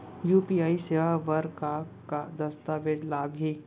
UPI सेवा बर का का दस्तावेज लागही?